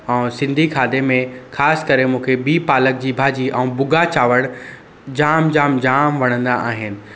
ऐं सिंधी खाधे में ख़ासि करे मूंखे बीह पालक जी भाॼी ऐं भुॻा चांवर जाम जाम जाम वणंदा आहिनि